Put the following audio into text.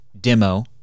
Demo